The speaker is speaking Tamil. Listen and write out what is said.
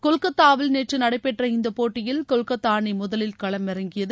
கொல்கத்தாவில் நேற்று நடைபெற்ற இந்த போட்டியில் கொல்கத்தா அணி முதலில் களமிறங்கியது